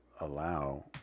allow